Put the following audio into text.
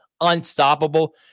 unstoppable